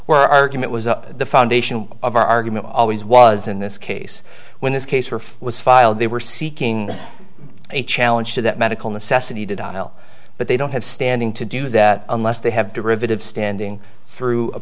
where argument was the foundation of our argument always was in this case when this case were was filed they were seeking a challenge to that medical necessity to dial but they don't have standing to do that unless they have derivative standing through a